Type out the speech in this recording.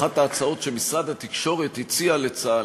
אחת ההצעות שמשרד התקשורת הציע לצה"ל,